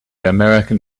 american